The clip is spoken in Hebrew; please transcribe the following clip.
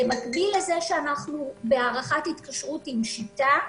במקביל לזה שאנחנו בהארכת התקשרות עם "שיטה",